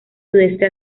sudeste